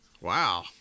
wow